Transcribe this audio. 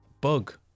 bug